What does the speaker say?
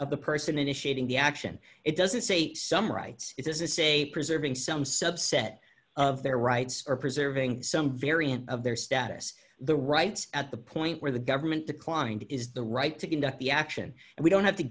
of the person initiating the action it doesn't say some rights is a say preserving some subset of their rights or preserving some variant of their status the rights at the point where the government declined is the right to conduct the action and we don't have to